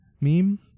meme